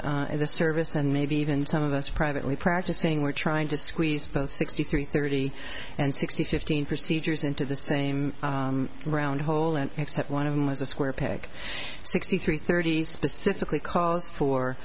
court the service and maybe even some of us privately practicing were trying to squeeze both sixty three thirty and sixty fifteen procedures into the same round hole and except one of them was the square peg sixty three thirty specifically calls for